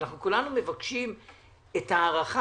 אנחנו כולנו מבקשים את ההארכה,